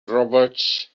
roberts